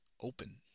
open